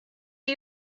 are